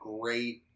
great